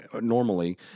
normally